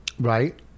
Right